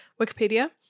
Wikipedia